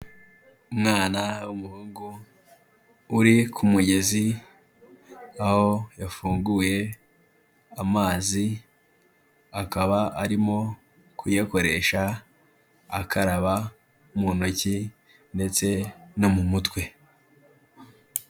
Umwana w'umuhungu uri ku mugezi, aho yafunguye amazi akaba arimo kuyakoresha akaraba mu ntoki ndetse no mu mutwe.